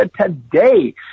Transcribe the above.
today